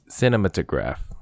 cinematograph